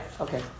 okay